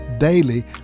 Daily